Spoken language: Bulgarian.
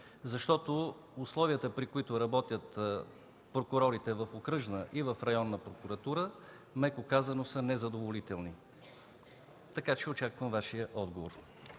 насетне? Условията, при които работят прокурорите в окръжна и районна прокуратура, меко казано, са незадоволителни. Очаквам Вашия отговор.